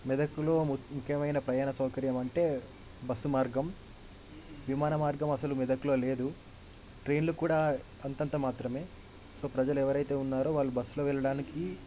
మెదక్లో ముఖ్యమైన ప్రయాణ సౌకర్యం అంటే బస్సు మార్గం విమాన మార్గం అస్సలు మెదక్లో లేదు ట్రైన్లు కూడా అంతంత మాత్రమే సో ప్రజలు ఎవరైతే ఉన్నారో వాళ్లు బస్సులో వెళ్లడానికి